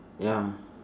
ya